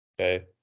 okay